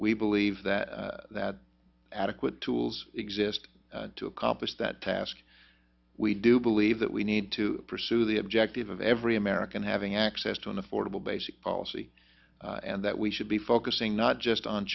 we believe that that adequate tools exist to accomplish that task we do believe that we need to pursue the objective of every american having access to an affordable basic policy and that we should be focusing not just on